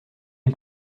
ils